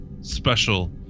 special